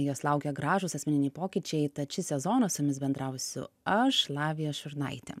jos laukia gražūs asmeniniai pokyčiai tad šį sezoną su jumis bendrausiu aš lavija šurnaitė